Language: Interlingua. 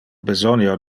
besonio